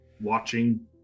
watching